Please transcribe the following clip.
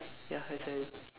ya that's why